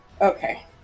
Okay